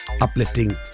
Uplifting